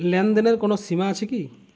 লেনদেনের কোনো সীমা আছে কি?